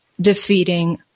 defeating